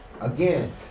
Again